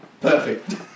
Perfect